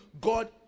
God